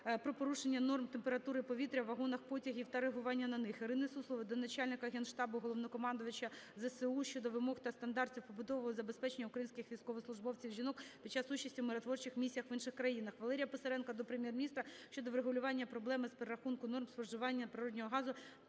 про порушення норм температури повітря у вагонах потягів та реагування на них. Ірини Суслової до Начальника Генштабу - Головнокомандувача ЗСУ щодо вимог та стандартів побутового забезпечення українських військовослужбовців-жінок під час участі у миротворчих місіях в інших країнах. Валерія Писаренка до Прем'єр-міністра щодо врегулювання проблеми з перерахунку норм споживання природного газу